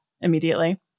immediately